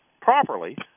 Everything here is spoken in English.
properly